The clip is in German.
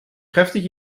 kräftig